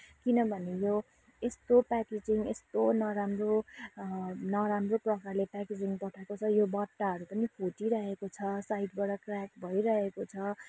किनभने यो यस्तो प्याकेजिङ यस्तो नराम्रो नराम्रो प्रकारले प्याकेजिङ पठाएको छ यो बट्टाहरू पनि फुटिरहेको छ साइडबाट क्र्याक भइरहेको छ